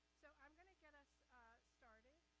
so i'm gonna get us started.